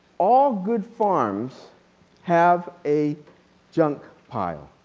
all good farms have a junk pile.